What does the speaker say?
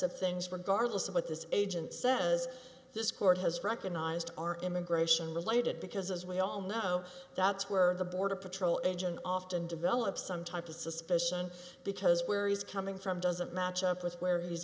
of things regardless of what this agent says this court has recognized are immigration related because as we all know that's where the border patrol agent often develop some type of suspicion because where he's coming from doesn't match up where he